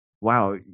wow